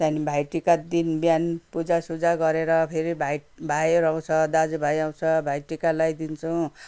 त्यहाँदेखि भाइ टिकाको दिन बिहान पूजासुजा गरेर फेरि भाइ भाइहरू आउँछ दाजुभाइ आउँछ भाइ टिका लगाइ दिन्छौँ